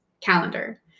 calendar